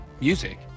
Music